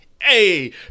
Hey